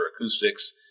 acoustics